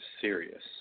serious